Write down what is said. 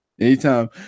Anytime